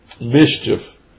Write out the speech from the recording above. mischief